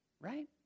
Right